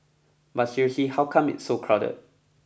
but seriously how come it's so crowded